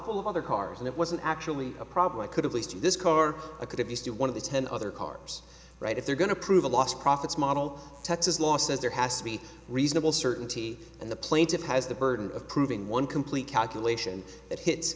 full of other cars and it wasn't actually a problem i could have leased to this car i could have used to one of the ten other cars right if they're going to prove a lost profits model texas law says there has to be reasonable certainty and the plaintiff has the burden of proving one complete calculation that hits